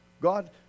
God